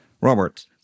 Robert